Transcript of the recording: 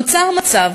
נוצר מצב